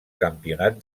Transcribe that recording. campionat